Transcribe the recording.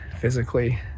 physically